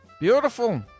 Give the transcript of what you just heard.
Beautiful